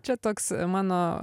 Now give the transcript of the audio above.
čia toks mano